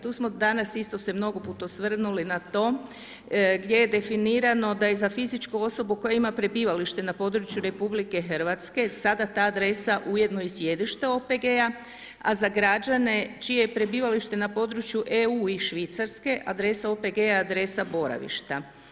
Tu smo danas isto se mnogo puta osvrnuli na to gdje je definirano da je za fizičku osobu koja ima prebivalište na području RH, sada ta adresa ujedno i sjedište OPG-a, a za građane čije ne prebivalište na području EU i Švicarske, adresa OPG-a je adresa boravišta.